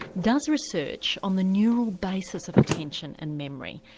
does research on the neural basis of attention and memory.